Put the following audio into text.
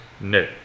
No